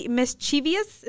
mischievous